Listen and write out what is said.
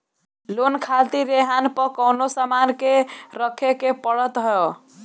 loan खातिर रेहन पअ कवनो सामान के रखे के पड़त हअ